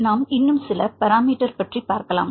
நாம் இன்னும் சில பராமீட்டர் பற்றி பார்க்கலாம்